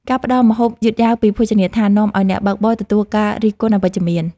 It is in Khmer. ការផ្ដល់ម្ហូបយឺតយ៉ាវពីភោជនីយដ្ឋាន នាំឱ្យអ្នកបើកបរទទួលការរិះគន់អវិជ្ជមាន។